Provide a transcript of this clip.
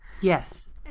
Yes